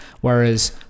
Whereas